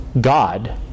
God